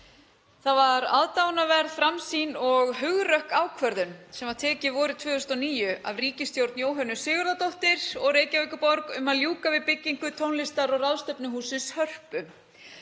Það var aðdáunarverð, framsýn og hugrökk ákvörðun sem var tekin vorið 2009 af ríkisstjórn Jóhönnu Sigurðardóttur og Reykjavíkurborg um að ljúka við byggingu tónlistar- og ráðstefnuhússins Hörpu.